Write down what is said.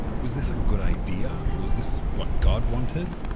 was this a good idea? was this what god wanted?